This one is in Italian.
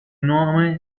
nome